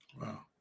Wow